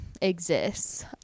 exists